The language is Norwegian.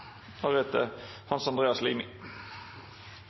er etter